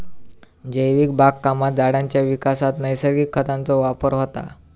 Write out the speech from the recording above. जैविक बागकामात झाडांच्या विकासात नैसर्गिक खतांचो वापर होता